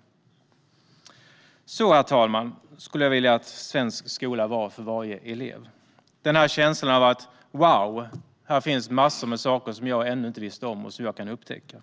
På detta sätt, herr talman, skulle jag vilja att svensk skola var för varje elev, så att varje elev får känslan: Wow, det finns massor med saker som jag ännu inte visste om och som jag kan upptäcka!